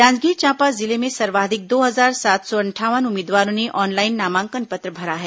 जांजगीर चांपा जिले में सर्वाधिक दो हजार सात सौ अंठावन उम्मीदवारों ने ऑनलाइन नामांकन पत्र भरा है